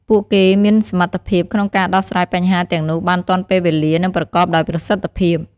ពួកគេមានសមត្ថភាពក្នុងការដោះស្រាយបញ្ហាទាំងនោះបានទាន់ពេលវេលា និងប្រកបដោយប្រសិទ្ធភាព។